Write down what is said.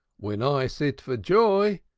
when i sit for joy,